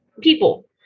people